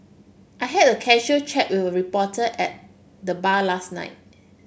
I had a casual chat with a reporter at the bar last night